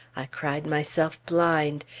i cried myself blind.